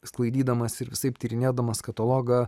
sklaidydamas ir visaip tyrinėdamas katalogą